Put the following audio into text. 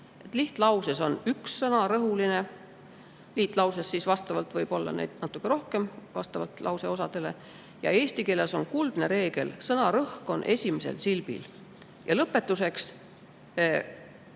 Lihtlauses on üks sõna rõhuline, liitlauses võib neid olla natuke rohkem, vastavalt lause osadele, ja eesti keeles on kuldne reegel: sõnarõhk on esimesel silbil. Ja lõpetuseks